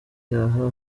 aha